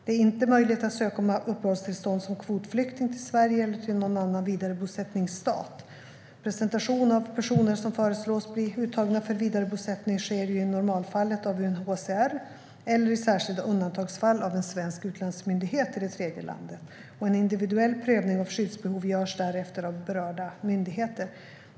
Det är inte möjligt att som kvotflykting söka uppehållstillstånd i Sverige eller i någon annan vidarebosättningsstat. Presentation av personer som föreslås bli uttagna för vidarebosättning görs i normalfallet av UNHCR, eller i särskilda undantagsfall av en svensk utlandsmyndighet i det tredje landet. En individuell prövning av skyddsbehov görs därefter av berörda myndigheter.